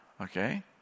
Okay